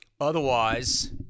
Otherwise